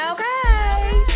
Okay